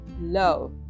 love